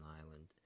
island